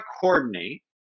coordinate